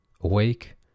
awake